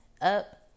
up